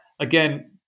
Again